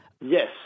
Yes